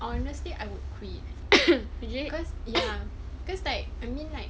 honestly I would quit cause ya cause like I mean like